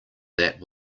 that